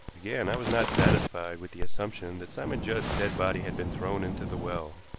again, i was not satisfied with the assumption that simon judd's dead body had been thrown into the well.